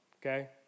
okay